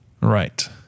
Right